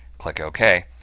click ok,